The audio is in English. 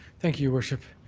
thank you, your worship.